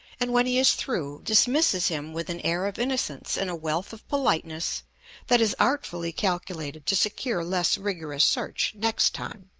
and when he is through, dismisses him with an air of innocence and a wealth of politeness that is artfully calculated to secure less rigorous search next time.